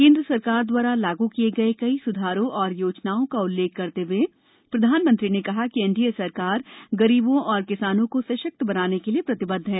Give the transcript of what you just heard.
केन्द्र सरकार दवारा लागू किए गए कई स्धारों और योजनाओं का उल्लेख करते हुए प्रधानमंत्री ने कहा कि एनडीए सरकार गरीबों और किसानों को सशक्त बनाने के लिए प्रतिबद्ध है